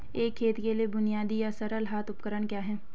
एक खेत के लिए बुनियादी या सरल हाथ उपकरण क्या हैं?